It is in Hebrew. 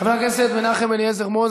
חבר הכנסת יחיאל חיליק בר,